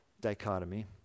dichotomy